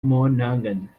monaghan